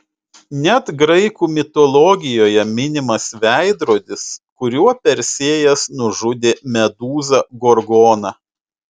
net graikų mitologijoje minimas veidrodis kuriuo persėjas nužudė medūzą gorgoną